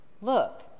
Look